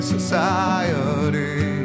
Society